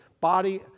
body